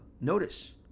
notice